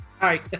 Hi